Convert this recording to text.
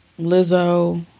Lizzo